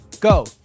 Go